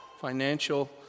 financial